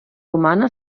romana